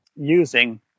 using